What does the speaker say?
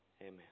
Amen